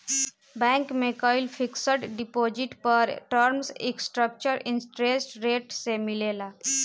bank में कईल fixed deposit पर टर्म स्ट्रक्चर्ड इंटरेस्ट रेट से मिलेला